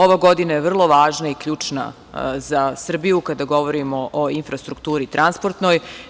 Ova godina je vrlo važna i ključna za Srbiju, kada govorimo o infrastrukturi transportnoj.